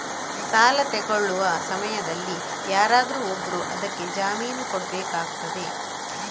ಸಾಲ ತೆಗೊಳ್ಳುವ ಸಮಯದಲ್ಲಿ ಯಾರಾದರೂ ಒಬ್ರು ಅದಕ್ಕೆ ಜಾಮೀನು ಕೊಡ್ಬೇಕಾಗ್ತದೆ